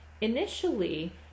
Initially